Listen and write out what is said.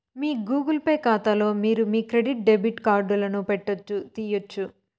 మీ Google Pay కాతాలో మీరు మీ క్రెడిట్ డెబిట్ కార్డులను పెట్టొచ్చు, తీయొచ్చు